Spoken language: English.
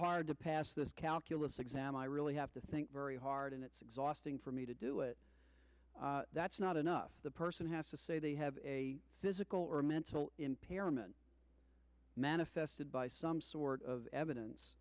hard to pass this calculus exam i really have to think very hard and it's exhausting for me to do it that's not enough the person has to say they have a physical or mental impairment manifested by some sort of evidence